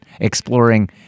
exploring